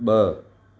ब॒